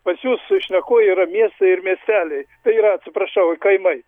pas jus šneku yra mietai ir miesteliai tai yra atsiprašau kaimai